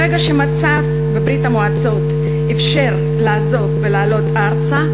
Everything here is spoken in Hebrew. ברגע שהמצב בברית-המועצות אפשר לעזוב ולעלות ארצה,